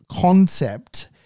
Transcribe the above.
concept